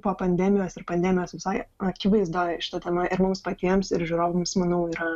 po pandemijos ir pandemijos visoj akivaizdoj šita tema ir mums patiems ir žiūrovams manau yra